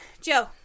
Joe